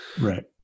Right